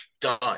done